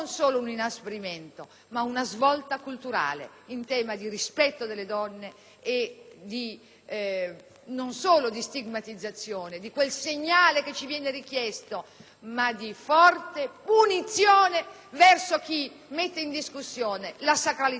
solo una stigmatizzazione di quel segnale che ci viene richiesto di forte punizione di chi mette in discussione la sacralità del corpo e dell'animo femminile.